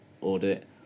audit